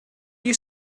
you